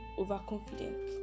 overconfident